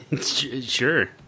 Sure